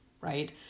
right